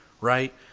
right